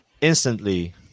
instantly